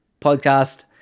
podcast